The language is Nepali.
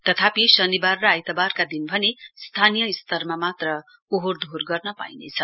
तथापि शनिवार र आइतबारका दिन भने स्थानीय स्तरमा मात्र ओहोरदोहोर गर्न पाइनेछ